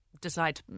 decide